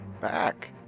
Back